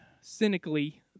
cynically